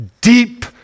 deep